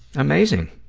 amazing.